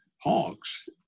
Hawks